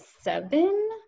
seven